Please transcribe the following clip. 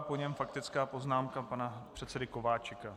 Po něm faktická poznámka pana předsedy Kováčika.